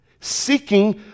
seeking